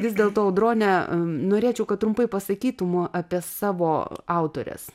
vis dėlto audrone norėčiau kad trumpai pasakytum apie savo autores